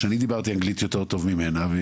שאני דיברתי אנגלית יותר טוב ממנה,